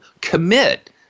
commit